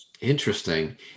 Interesting